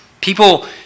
People